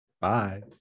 Bye